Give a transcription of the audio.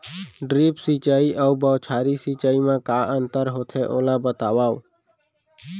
Drip सिंचाई अऊ बौछारी सिंचाई मा का अंतर होथे, ओला बतावव?